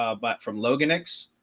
ah but from logan x,